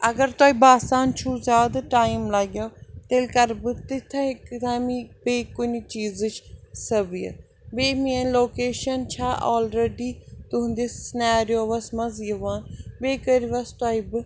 اگر تۄہہِ باسان چھُو زیادٕ ٹایِم لَگیو تیٚلہِ کَرٕ بہٕ تِتھَے کہٕ تَمی بیٚیہِ کُنہِ چیٖزٕچ سبیٖل بیٚیہِ میٛانۍ لوکیشَن چھےٚ آلرٕڈی تُہٕنٛدِس سِنیرووَس منٛز یِوان بیٚیہِ کٔرِوَس تۄہہِ بہٕ